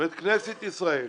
כנסת ישראל,